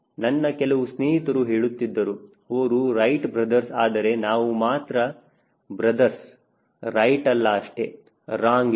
ನನ್ನ ಕೆಲವು ಸ್ನೇಹಿತರು ಹೇಳುತ್ತಿದ್ದರು ಅವರು ರೈಟ್ ಬ್ರದರ್ಸ್ Wright Brother's ಆದರೆ ನಾವು ಮಾತ್ರ ಬ್ರದರ್ಸ್ Brother's ರೈಟ್ ಇಲ್ಲ ಅಷ್ಟೇ ರಾಂಗ್ ಇದೆ